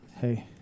hey